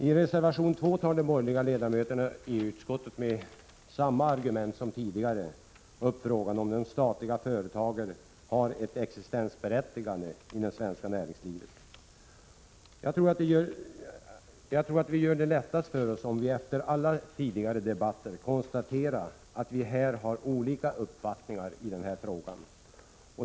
I reservation 2 tar de borgerliga ledamöterna i utskottet — med samma argument som tidigare — upp frågan om de statliga företagen har ett existensberättigande i det svenska näringslivet. Jag tror att vi gör det lättast för oss om vi efter alla tidigare debatter konstaterar att vi har olika uppfattningar i denna fråga.